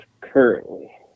currently